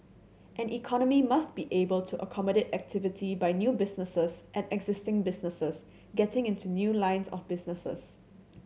an economy must be able to accommodate activity by new businesses and existing businesses getting into new lines of businesses